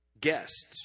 guests